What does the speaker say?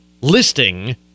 listing